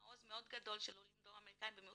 עושים את זה במרכזי הקליטה של עולי אתיופיה.